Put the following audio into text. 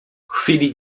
chwili